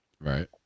right